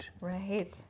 Right